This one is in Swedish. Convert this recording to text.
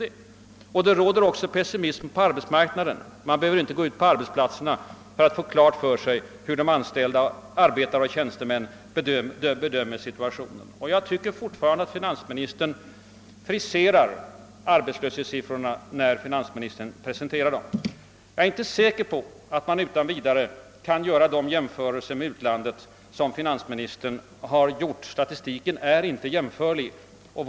Det råder också pessimism på arbetsmarknaden; man behöver inte gå ut på arbetsplatserna för att få veta hur arbetarna och tjänstemännen bedömer situationen. Jag tycker fortfarande att finansministern friserar arbetslöshetssiffrorna när han presenterar dem. Jag är inte säker på att man utan vidare kan göra jämförelser med utlandet på det sätt som finansministern gjort; statistiken i de olika länderna är inte jämförbar.